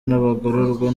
n’abagororwa